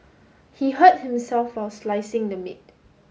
he hurt himself while slicing the meat